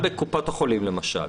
בקופות החולים, למשל